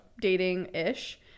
dating-ish